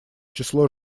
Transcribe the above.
число